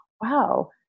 wow